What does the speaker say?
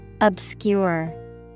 Obscure